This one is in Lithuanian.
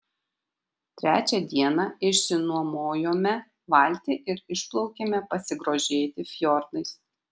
trečią dieną išsinuomojome valtį ir išplaukėme pasigrožėti fjordais